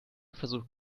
versucht